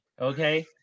Okay